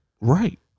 right